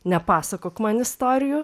nepasakok man istorijų